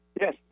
Yes